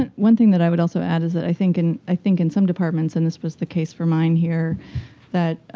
and one thing that i would also add is that i think and i think in some departments and this was the case for mine, here that